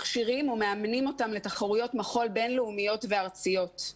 מכשירים ומאמנים אותם לתחרויות מחול בין-לאומיות וארציות.